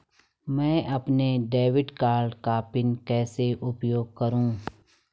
मैं अपने debit card का पिन कैसे उपयोग करूँ?